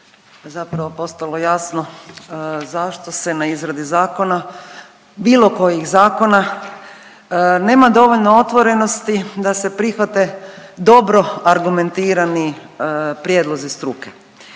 zapravo postalo jasno zašto se na izradi zakona, bilo kojih zakona nema dovoljno otvorenosti da se prihvate dobro argumentirani prijedlozi struke.